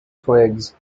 twigs